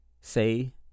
say